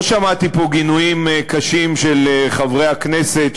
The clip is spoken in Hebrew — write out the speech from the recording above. לא שמעתי פה גינויים קשים של חברי הכנסת,